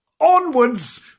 onwards